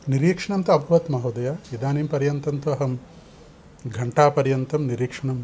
निरीक्षणं तु अभवत् महोदय इदानींपर्यन्तं तु अहं घण्टापर्यन्तं निरीक्षणं